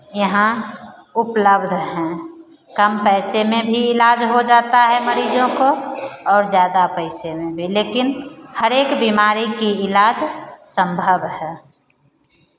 यहाँ उपलब्ध हैं कम पैसे में भी इलाज हो जाता है मरीजों को और ज़्यादा पैसे में भी लेकिन हर एक बीमारी की इलाज संभव है